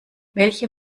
welche